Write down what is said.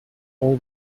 all